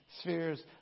spheres